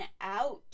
out